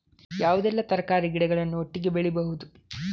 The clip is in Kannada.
ಯಾವುದೆಲ್ಲ ತರಕಾರಿ ಗಿಡಗಳನ್ನು ಒಟ್ಟಿಗೆ ಬೆಳಿಬಹುದು?